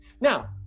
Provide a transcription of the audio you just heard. now